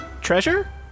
Treasure